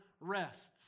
rests